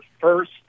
first